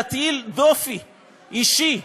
להטיל דופי אישי,